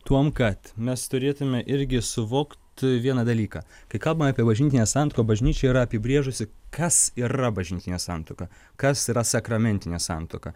tuom kad mes turėtume irgi suvokt vieną dalyką kai kalba apie bažnytinę santuoką bažnyčia yra apibrėžusi kas yra bažnytinė santuoka kas yra sakramentinė santuoka